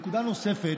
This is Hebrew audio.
נקודה נוספת